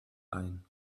ein